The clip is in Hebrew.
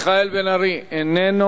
חבר הכנסת מיכאל בן-ארי, איננו.